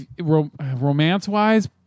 Romance-wise